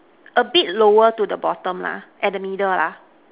a bit lower to the bottom lah at the middle lah